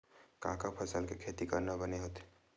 का का फसल के खेती करना बने होथे?